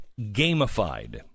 gamified